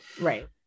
Right